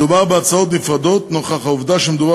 מדובר בהצעות נפרדות נוכח העובדה שמדובר